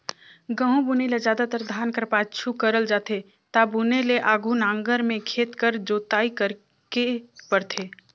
गहूँ बुनई ल जादातर धान कर पाछू करल जाथे ता बुने ले आघु नांगर में खेत कर जोताई करेक परथे